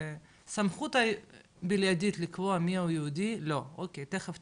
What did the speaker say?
הסמכות הבלעדית לקבוע מי הוא יהודי אצל